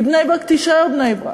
כי בני-ברק תישאר בני-ברק,